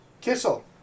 Kissel